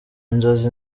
inzozi